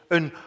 Een